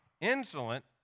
insolent